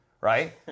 right